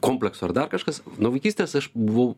kompleksų ar dar kažkas nuo vaikystės aš buvau